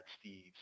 Steve